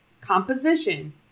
Composition